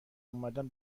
اومدم